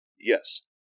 Yes